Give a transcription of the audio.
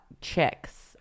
chicks